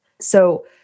So-